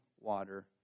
water